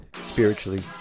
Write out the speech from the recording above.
spiritually